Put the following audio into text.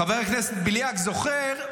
חבר הכנסת בליאק, זוכר,